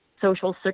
social